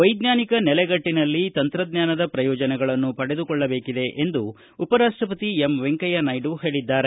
ವೈಜ್ಞಾನಿಕ ನೆಲೆಗಟ್ಟಿನಲ್ಲಿ ತಂತ್ರಜ್ಞಾನದ ಪ್ರಯೋಜನಗಳನ್ನು ಪಡೆದುಕೊಳ್ಳಬೇಕಿದೆ ಎಂದು ಉಪ ರಾಷ್ವಪತಿ ವೆಂಕಯ್ಯ ನಾಯ್ದು ಹೇಳಿದ್ದಾರೆ